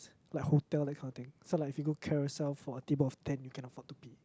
like hotel that kind of thing so like if you go Carousel for a table of ten you can afford to pay